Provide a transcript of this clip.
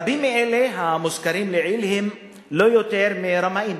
רבים מאלה המוזכרים לעיל הם לא יותר מרמאים